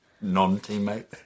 non-teammate